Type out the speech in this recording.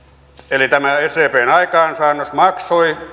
tämä sdpn aikaansaannos maksoi